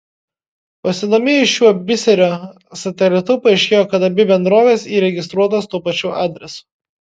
pasidomėjus šiuo biserio satelitu paaiškėjo kad abi bendrovės įregistruotos tuo pačiu adresu